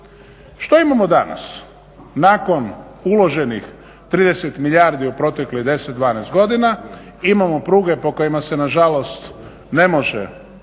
Što imamo danas nakon uloženih 30 milijardi u proteklih 10, 12 godina? Imamo pruge po kojima se na žalost ne može voziti